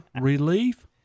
relief